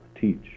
teach